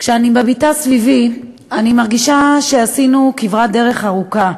כשאני מביטה סביבי אני מרגישה שעשינו כברת דרך ארוכה,